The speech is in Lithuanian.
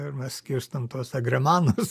ir mes skirstom tuos agremanus